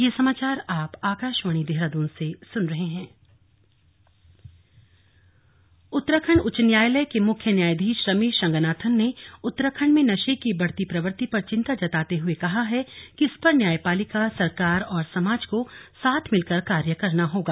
slug मुख्य न्यायाधीश उत्तराखंड उच्च न्यायालय के मुख्य न्यायाधीश रमेश रंगनाथन ने उत्तराखंड में नशे की बढ़ती प्रवृत्ति पर चिंता जताते हुए कहा है कि इस पर न्यायपालिका सरकार और समाज को साथ मिलकर काम करना होगा